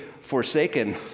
forsaken